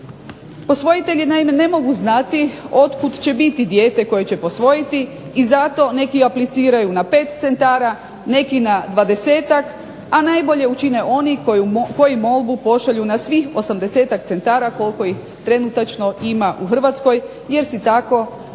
Posvojitelji naime ne mogu znati od kuda će biti dijete koje će posvojiti i zato neki apliciraju na 5 centara, neki na 20-ak, a najbolje učine oni koji mogu pošalju na svih 80-ak centara koliko ih trenutačno ima u Hrvatskoj jer si tako